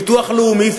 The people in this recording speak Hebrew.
ביטוח לאומי,